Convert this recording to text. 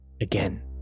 again